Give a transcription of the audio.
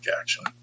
action